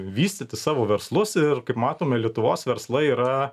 vystyti savo verslus ir kaip matome lietuvos verslai yra